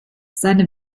seine